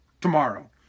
tomorrow